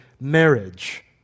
marriage